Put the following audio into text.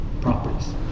properties